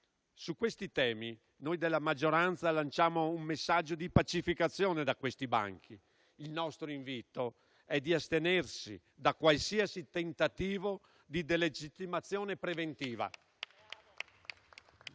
Su questi temi noi della maggioranza lanciamo un messaggio di pacificazione da questi banchi. Il nostro invito è di astenersi da qualsiasi tentativo di delegittimazione preventiva.